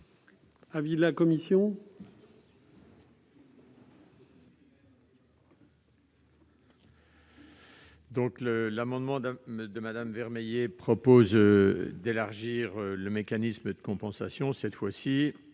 l'avis de la commission ?